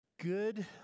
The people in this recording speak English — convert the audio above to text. Good